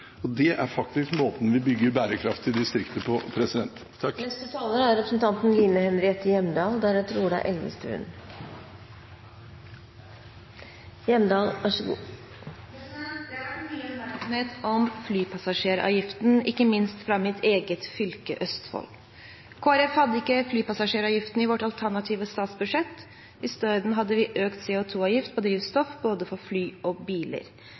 Tynset. Det er faktisk måten vi bygger bærekraftige distrikter på. Det har vært mye oppmerksomhet rundt flypassasjeravgiften, ikke minst fra mitt eget fylke, Østfold. Kristelig Folkeparti hadde ikke flypassasjeravgiften i sitt alternative statsbudsjett. I stedet hadde vi økt CO2-avgift på drivstoff, både for fly og biler.